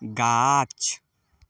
गाछ